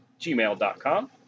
gmail.com